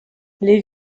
les